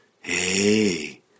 Hey